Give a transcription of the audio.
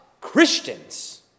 Christians